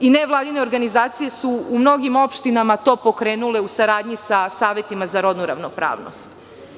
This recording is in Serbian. Nevladine organizacije su u mnogim opštinama to pokrenule u saradnji sa Savetima za rodnu ravnopravnost.